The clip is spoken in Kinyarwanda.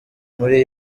muri